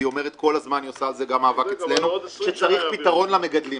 והיא כל הזמן היא עושה על זה גם מאבק אצלנו שצריך פתרון למגדלים.